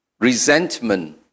resentment